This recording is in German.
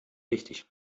wichtig